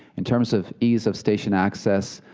in terms of ease of station axis,